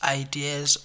ideas